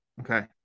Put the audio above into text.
Okay